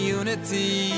unity